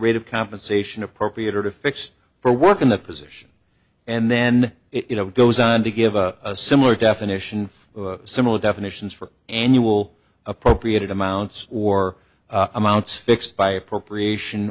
rate of compensation appropriate at a fixed for work in the position and then it goes on to give a similar definition for similar definitions for annual appropriated amounts or amounts fixed by appropriation